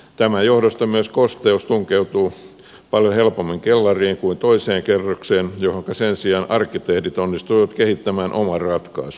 tämän johdosta myös kosteus tunkeutuu paljon helpommin kellariin kuin toiseen kerrokseen johonka sen sijaan arkkitehdit onnistuivat kehittämään oman ratkaisun